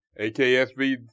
AKSV